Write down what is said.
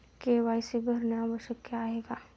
KYC भरणे आवश्यक आहे का?